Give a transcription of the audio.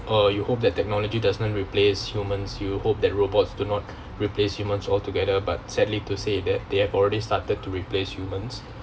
uh you hope that technology does not replace humans you hope that robots do not replace humans altogether but sadly to say that they have already started to replace humans